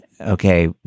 okay